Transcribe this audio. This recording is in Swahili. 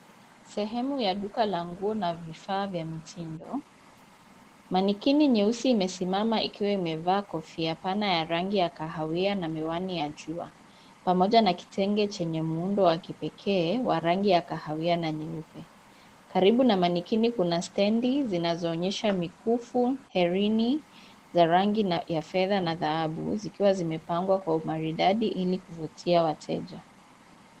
Sehemu ya duka la nguo na vifaa vya mitindo. Manikini nyeusi imesimama ikiwa imevaa kofia pana ya rangi ya kahawia na miwani ya jua pamoja na kitenge chenye muundo wa kipekee, wa rangi ya kahawia na nyeupe. Karibu na manikini kuna stendi zinazoonyesha mikufu, herini za rangi ya fedha na dhahabu, zikiwa zimepangwa kwa umaridadi ili kuvutia wateja.